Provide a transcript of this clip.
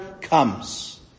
comes